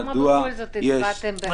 למה בכל זאת הצבעתם בעד?